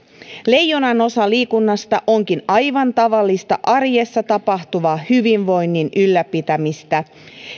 leijonanosa liikunnasta onkin aivan tavallista arjessa tapahtuvaa hyvinvoinnin ylläpitämistä